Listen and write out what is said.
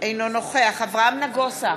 אינו נוכח מנחם אליעזר מוזס,